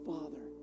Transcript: Father